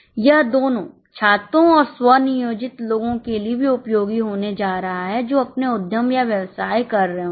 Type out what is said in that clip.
यह दोनों छात्रों और स्व नियोजित लोगों के लिए भी उपयोगी होने जा रहा है जो अपने उद्यम या व्यवसाय कर रहे होंगे